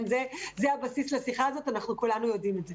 זה הבסיס לשיחה הזאת, כולנו יודעים את זה.